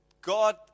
god